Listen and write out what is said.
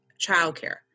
childcare